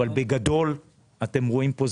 אבל בגדול אתם רואים פה,